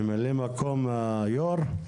ממלא מקום היו"ר?